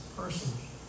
personally